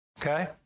Okay